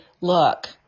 look